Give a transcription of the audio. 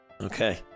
okay